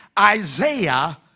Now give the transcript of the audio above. Isaiah